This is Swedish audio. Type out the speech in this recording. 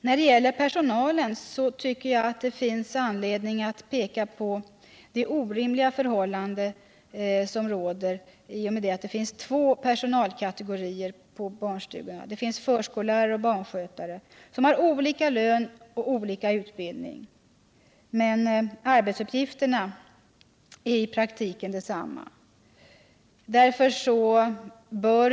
När det gäller personalen vid barnstugorna tycker jag att det finns anledning att också peka på det orimliga förhållandet att det här finns två personalkategorier. Det finns förskollärare och barnskötare, och de har olika utbildning och olika lön, men arbetsuppgifterna är i praktiken desamma.